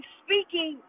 speaking